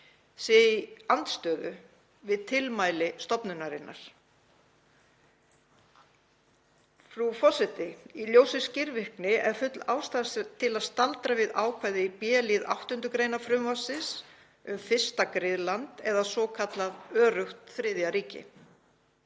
í andstöðu við tilmæli stofnunarinnar. Frú forseti. Í ljósi skilvirkni er full ástæða til að staldra við ákvæði í b-lið 8. gr. frumvarpsins um fyrsta griðland eða svokallað öruggt þriðja ríki.